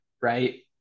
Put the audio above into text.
right